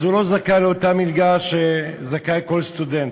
ואז הוא לא זכאי לאותה מלגה שזכאי לה כל סטודנט.